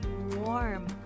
warm